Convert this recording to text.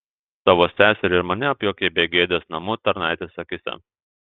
savo seserį ir mane apjuokei begėdės namų tarnaitės akyse